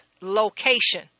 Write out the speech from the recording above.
location